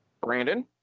Brandon